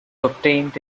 obtained